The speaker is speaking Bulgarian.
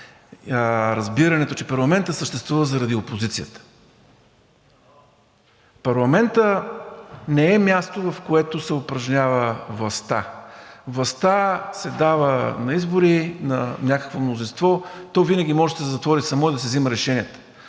разбирането, че парламентът съществува заради опозицията. Парламентът не е място, в което се упражнява властта. Властта се дава на избори на някакво мнозинство – то винаги може да се затвори само и да си взема решения.